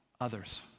others